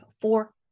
four